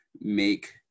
make